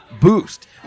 boost